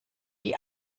die